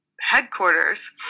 headquarters